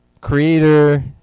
creator